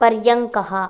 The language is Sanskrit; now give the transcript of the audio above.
पर्यङ्कः